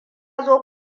zo